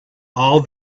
all